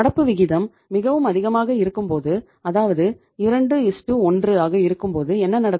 நடப்பு விகிதம் மிகவும் அதிகமாக இருக்கும்போது அதாவது 21 ஆக இருக்கும்போது என்ன நடக்கும்